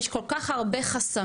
יש כל כך הרבה חסמים,